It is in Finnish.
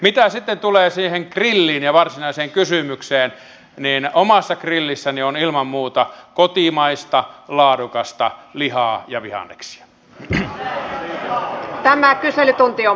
mitä sitten tulee siihen grilliin ja varsinaiseen kysymykseen niin omassa grillissäni on ilman muuta kotimaista laadukasta lihaa ja vihanneksia